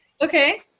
Okay